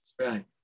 Right